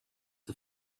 the